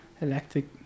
electric